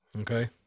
Okay